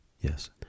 Yes